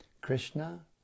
Krishna